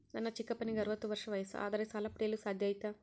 ನನ್ನ ಚಿಕ್ಕಪ್ಪನಿಗೆ ಅರವತ್ತು ವರ್ಷ ವಯಸ್ಸು ಆದರೆ ಸಾಲ ಪಡೆಯಲು ಸಾಧ್ಯ ಐತಾ?